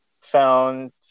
found